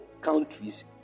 countries